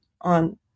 on